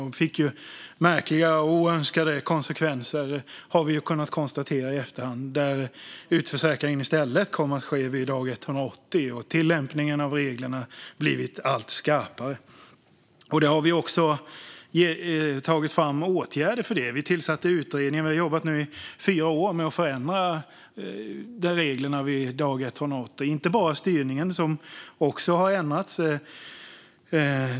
Det fick märkliga och oönskade konsekvenser, har vi kunnat konstatera i efterhand, där utförsäkringen i stället kom att ske vid dag 180 och tillämpningen av reglerna blivit allt skarpare. Vi har tagit fram åtgärder för det. Vi tillsatte utredningen. Vi har nu jobbat i fyra år med att förändra reglerna vid dag 180. Det gäller inte bara styrningen, som också har ändrats.